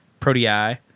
Protei